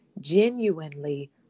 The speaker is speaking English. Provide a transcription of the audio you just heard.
genuinely